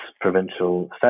provincial